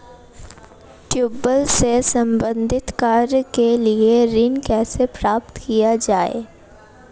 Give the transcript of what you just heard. Tubewell से संबंधित कार्य के लिए ऋण कैसे प्राप्त किया जाए?